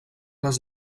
les